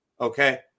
okay